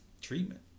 treatment